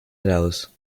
heraus